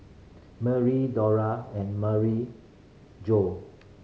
Merri Dora and Maryjo